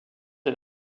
est